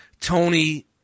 Tony